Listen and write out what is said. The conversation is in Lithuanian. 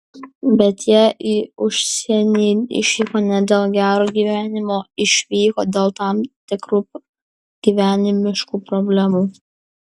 bet jie į užsienį išvyko ne dėl gero gyvenimo išvyko dėl tam tikrų gyvenimiškų problemų